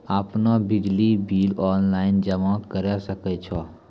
आपनौ बिजली bill online जमा करै सकै छौ?